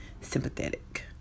sympathetic